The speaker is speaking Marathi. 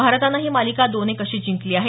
भारतानं ही मालिका दोन एक अशी जिंकली आहे